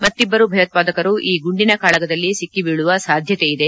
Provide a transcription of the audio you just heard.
ಮತ್ತಿಬ್ಬರು ಭಯೋತ್ವಾದಕರು ಈ ಗುಂಡಿನ ಕಾಳಗದಲ್ಲಿ ಸಿಕ್ಕಿ ಬೀಳುವ ಸಾಧ್ಯತೆ ಇದೆ